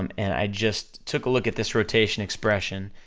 um and i just took a look at this rotation expression,